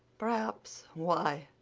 perhaps. why?